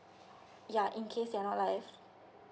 yeah in case they aren't alive